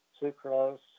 sucralose